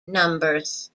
numbers